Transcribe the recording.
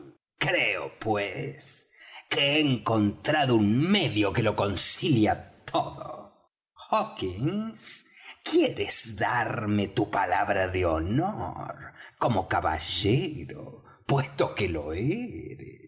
creo pues que he encontrado un medio que lo concilia todo hawkins quieres darme tu palabra de honor como caballero puesto que lo eres